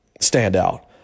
standout